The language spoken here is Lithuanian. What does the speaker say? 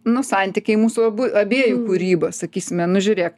nu santykiai mūsų abu abiejų kūryba sakysime nu žiūrėk